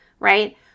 right